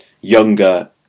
younger